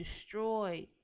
destroyed